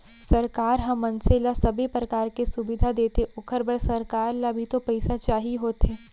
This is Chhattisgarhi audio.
सरकार ह मनसे ल सबे परकार के सुबिधा देथे ओखर बर सरकार ल भी तो पइसा चाही होथे